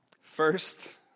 First